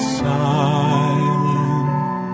silent